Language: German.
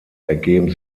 ergeben